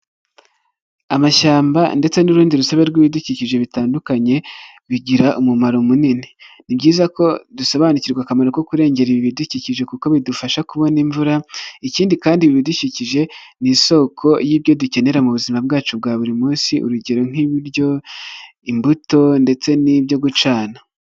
Amashyamba ndetse n'urundi rusabe rw'ibidukikije bitandukanye, bigira umumaro munini. Ni byiza ko dusobanukirwa akamaro ko kurengera ibidukikije, kuko bidufasha kubona imvura, ikindi kandi ibidukikije ni isoko y'ibyo dukenera mu buzima bwacu bwa buri munsi, urugero nk'ibiryo, imbuto, ndetse n'ibyo gucana.